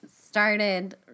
started